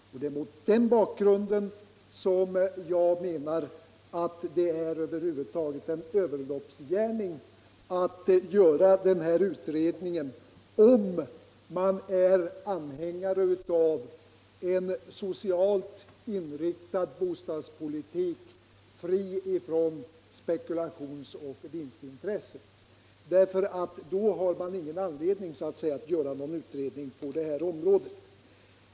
Och mot den bakgrunden menar jag att det över huvud taget är en överloppsgärning att göra en utredning, om man är anhängare av en socialt inriktad bostadspolitik, fri från spekulationsoch vinstintressen. Då har man ingen anledning att göra en utredning på detta område.